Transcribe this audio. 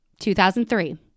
2003